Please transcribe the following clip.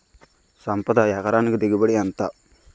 సంపద ఎకరానికి దిగుబడి ఎంత?